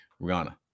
Rihanna